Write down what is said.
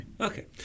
Okay